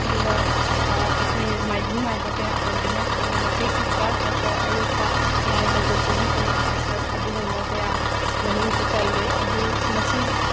ꯑꯗꯨꯒ ꯑꯩꯈꯣꯏ ꯃꯥꯏꯕꯤ ꯃꯥꯏꯕ ꯀꯌꯥ ꯇꯧꯗꯨꯅ ꯄꯦꯅꯥ ꯏꯁꯩ ꯁꯛꯄ ꯅꯠꯇ꯭ꯔ ꯑꯌꯨꯛꯇ ꯂꯥꯏ ꯍꯧꯗꯣꯛꯄꯒꯤ ꯄꯦꯅꯥ ꯁꯩꯁꯛ ꯑꯗꯨꯒꯨꯝꯕ ꯀꯌꯥ ꯃꯅꯨꯡꯁꯨ ꯆꯜꯂꯦ ꯑꯗꯨ ꯃꯁꯤ